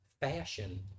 fashion